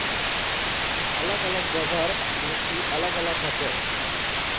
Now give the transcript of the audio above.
अलग अलग जगहर मिट्टी अलग अलग हछेक